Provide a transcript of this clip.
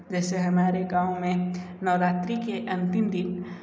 वैसे हमारे गाँव में नवरात्री के अंतिम दिन